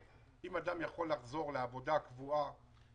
אם אדם יכול לחזור לעבודה קבועה,